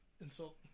insult